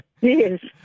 Yes